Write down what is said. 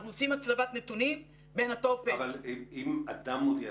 אנחנו עושים הצלבת נתונים בין הטופס --- אם אדם מודיע,